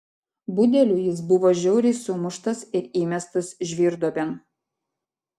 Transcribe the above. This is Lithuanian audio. budelių jis buvo žiauriai sumuštas ir įmestas žvyrduobėn